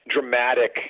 dramatic